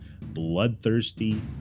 bloodthirsty